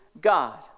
God